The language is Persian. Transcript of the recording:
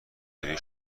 روی